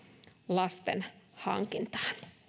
lasten hankintaan